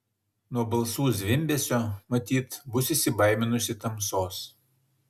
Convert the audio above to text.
nuo balsų zvimbesio matyt bus įsibaiminusi tamsos